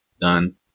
done